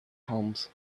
palms